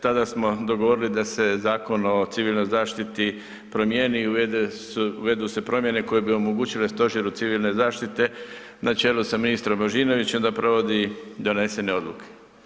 Tada smo dogovorili da se Zakon o civilnoj zaštiti promijeni i uvedu se promjene koje bi omogućile Stožeru civilne zaštite na čelu s ministrom Božinovićem da provodi donesene odluke.